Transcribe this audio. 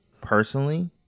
personally